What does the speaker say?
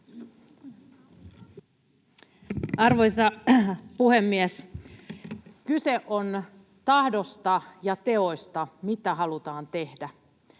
Arvoisa puhemies! Kyse on tahdosta ja teoista, mitä halutaan tehdä.